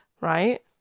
Right